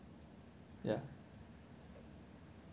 ya